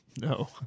No